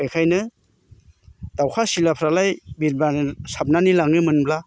बेखायनो दावखा सिलाफ्रालाय बिरबानो साबनानै लाङोमोनब्ला